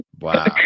Wow